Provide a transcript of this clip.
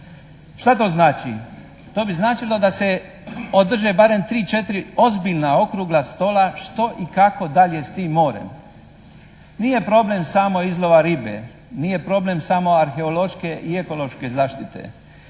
Šta to znači? To bi značilo da se održe barem tri, četiri ozbiljna okrugla stola što i kako dalje s tim morem. Nije problem samo izlova ribe, nije problem samo arheološke i ekološke zaštite.